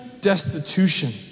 destitution